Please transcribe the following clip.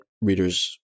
readers